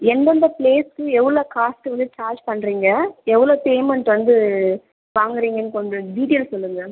எந்தெந்த ப்ளேஸ்க்கு எவ்வளோ காஸ்ட் வந்து சார்ஜ் பண்ணுறீங்க எவ்வளோ பேமெண்ட் வந்து வாங்குறீங்கன்னு கொஞ்சம் டீட்டைல் சொல்லுங்கள்